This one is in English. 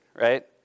Right